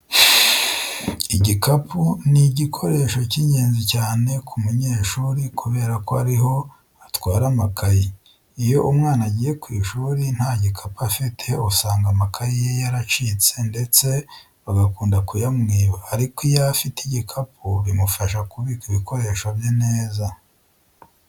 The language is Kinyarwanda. Igikapu ni igikoresho cy'ingenzi cyane ku munyeshuri kubera ko ari ho atwara amakayi. Iyo umwana agiye ku ishuri nta gikapu afite, usanga amakayi ye yaracitse ndetse bagakunda kuyamwiba ariko iyo afite igikapu bimufasha kubika ibikoreshoo bye neza.